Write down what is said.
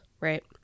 right